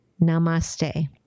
Namaste